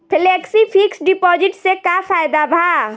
Flexi fix deposit से का फायदा भा?